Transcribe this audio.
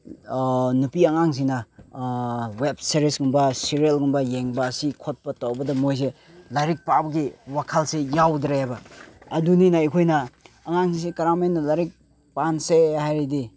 ꯅꯨꯄꯤ ꯑꯉꯥꯡꯁꯤꯡꯅ ꯋꯦꯞ ꯁꯦꯔꯤꯁꯀꯨꯝꯕ ꯁꯦꯔꯤꯌꯦꯜꯒꯨꯝꯕ ꯌꯦꯡꯕ ꯑꯁꯤ ꯈꯣꯠꯄ ꯇꯧꯕꯗ ꯃꯣꯏꯁꯦ ꯂꯥꯏꯔꯤꯛ ꯄꯥꯕꯒꯤ ꯋꯥꯈꯜꯁꯦ ꯌꯥꯎꯗ꯭ꯔꯦꯕ ꯑꯗꯨꯅꯤꯅ ꯑꯩꯈꯣꯏꯅ ꯑꯉꯥꯡꯁꯤꯡꯁꯦ ꯀꯔꯝ ꯍꯥꯏꯅ ꯂꯥꯏꯔꯤꯛ ꯄꯥꯍꯟꯁꯦ ꯍꯥꯏꯔꯗꯤ